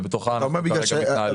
ובתוכה אנחנו מתנהלים.